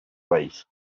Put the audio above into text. país